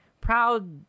proud